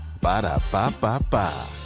Ba-da-ba-ba-ba